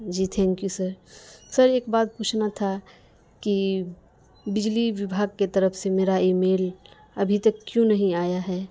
G thank you sir sir ایک بات پوچھنا تھا کہ بجلی وبھاگ کی طرف سے میرا ای میل ابھی تک کیوں نہیں آیا ہے